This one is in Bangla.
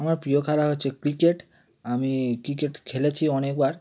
আমার প্রিয় খেলা হচ্ছে ক্রিকেট আমি ক্রিকেট খেলেছি অনেকবার